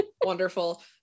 Wonderful